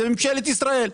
זה ממשלת ישראל.